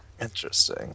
Interesting